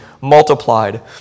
multiplied